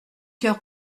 coeur